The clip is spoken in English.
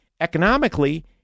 economically